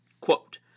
Quote